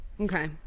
Okay